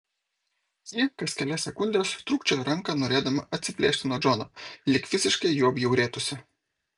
ji kas kelias sekundes trūkčiojo ranką norėdama atsiplėšti nuo džono lyg visiškai juo bjaurėtųsi